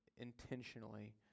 intentionally